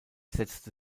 setzte